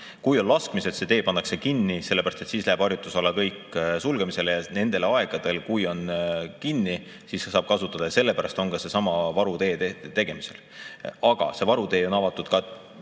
Kui on laskmised, siis see tee pannakse kinni, sellepärast et siis läheb harjutusala kõik sulgemisele. Ja nendel aegadel, kui tee on kinni, saab kasutada [varuteed] ja sellepärast on seesama varutee tegemisel. Aga see varutee on avatud ka